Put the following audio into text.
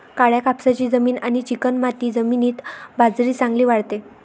काळ्या कापसाची जमीन आणि चिकणमाती जमिनीत बाजरी चांगली वाढते